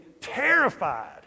terrified